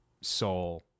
soul